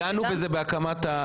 דנו בזה בהקמת הוועדה.